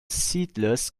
seedless